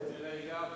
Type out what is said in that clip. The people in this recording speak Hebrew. הנה הגעתי,